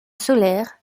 solaire